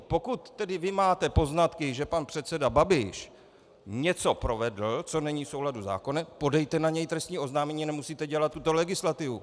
Pokud tedy vy máte poznatky, že pan předseda Babiš něco provedl, co není v souladu se zákonem, podejte na něj trestní oznámení a nemusíte dělat tuto legislativu.